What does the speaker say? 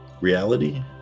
reality